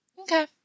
Okay